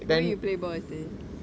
where you play balls there